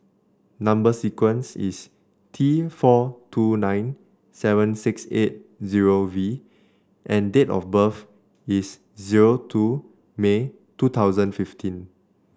number sequence is T four two nine seven six eight zero V and date of birth is zero two May two thousand fifteen